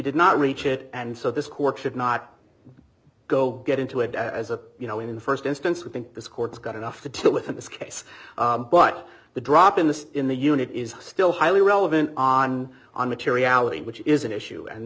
did not reach it and so this court should not go get into it as a you know in the first instance we think this court's got enough to to within this case but the drop in the in the unit is still highly relevant on on materiality which is an issue and